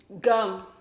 Gum